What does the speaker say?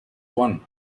one